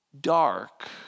dark